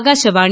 Akashvani